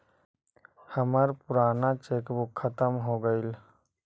हमर पूराना cheque book खत्म हो गईल